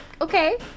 Okay